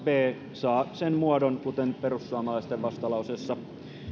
b pykälä saa sen muodon kuten perussuomalaisten vastalauseessa